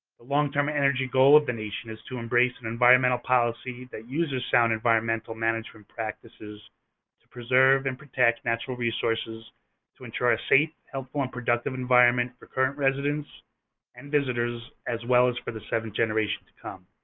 the long-term energy goal of the nation is to embrace and environmental policy that uses sound environmental management practices to preserve and protect natural resources to ensure a safe, helpful, and productive environment for current residents and visitors as well as for the seventh generations to come.